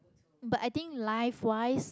but i think life wise